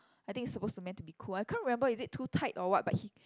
I think it's supposed to meant to be cool I can't remember is it too tight or what but he